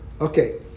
Okay